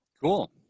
Cool